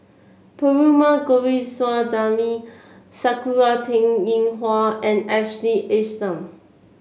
Perumal Govindaswamy Sakura Teng Ying Hua and Ashley Isham